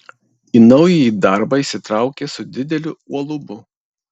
į naująjį darbą įsitraukė su dideliu uolumu